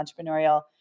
entrepreneurial